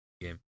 game